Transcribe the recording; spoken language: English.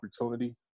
opportunity